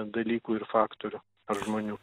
dalykų ir faktorių ar žmonių